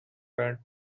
current